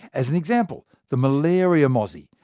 as an example, the malaria mosquito,